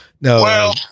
no